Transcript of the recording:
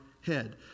head